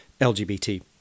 LGBT